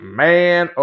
man